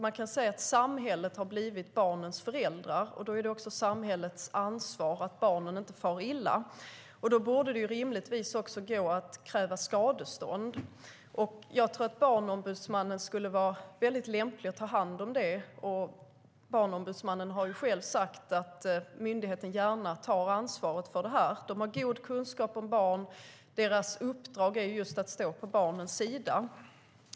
Man kan säga att samhället har blivit barnens föräldrar, och då är det samhällets ansvar att se till att barnen inte far illa. Därför borde det rimligtvis också gå att kräva skadestånd. Jag tror att Barnombudsmannen skulle vara lämplig att ta hand om det, och Barnombudsmannen har sagt att myndigheten gärna tar ansvaret för det. De har god kunskap om barn. Deras uppdrag är att stå på barnens sida.